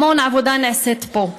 המון עבודה נעשית פה,